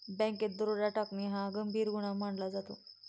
बँकेत दरोडा टाकणे हा गंभीर गुन्हा मानला जातो